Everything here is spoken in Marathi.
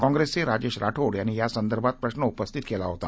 काँग्रेसचे राजेश राठोड यांनी या संदर्भात प्रश्न उपस्थित केला होता